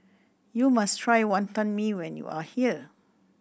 you must try Wonton Mee when you are here